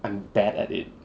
I'm bad at it